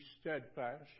steadfast